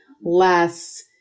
less